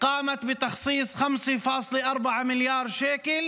חברי הכנסת,